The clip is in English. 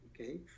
Okay